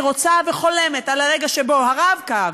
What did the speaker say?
אני רוצה וחולמת על הרגע שבו ה"רב-קו"